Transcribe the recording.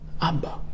Abba